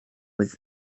with